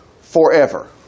forever